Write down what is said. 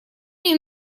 мне